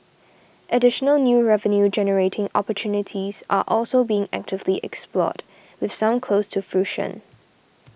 additional new revenue generating opportunities are also being actively explored with some close to fruition